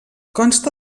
consta